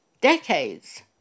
Decades